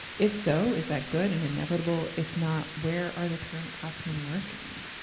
if so, is that good and inevitable? if not, where are the current craftsmen working?